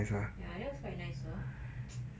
ya that was nice also